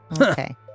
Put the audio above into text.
Okay